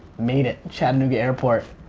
made it, chattanooga airport.